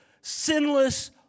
sinless